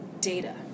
data